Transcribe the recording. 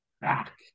back